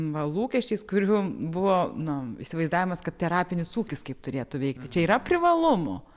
va lūkesčiais kurių buvo na įsivaizdavimas kad terapinis ūkis kaip turėtų veikti čia yra privalumų